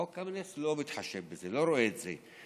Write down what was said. חוק קמיניץ לא מתחשב בזה, לא רואה את זה.